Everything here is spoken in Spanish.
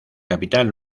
capitán